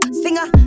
singer